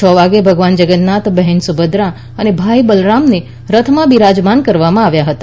છ વાગે ભગવાન જગન્નાથ બહેન સુભદ્રા અને ભાઇ બલરામને રથમાં બિરાજમાન કરવામાં આવ્યા હતા